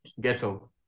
Ghetto